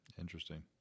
Interesting